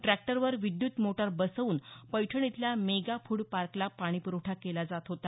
ट्रॅक्टरवर विद्यत मोटार बसवून पैठण इथल्या मेगा फुड पार्कला पाणीप्रवठा केला जात होता